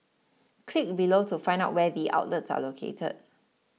click below to find out where the outlets are located